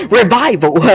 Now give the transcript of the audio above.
revival